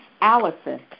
Allison